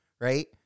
right